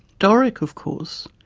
doric, of course,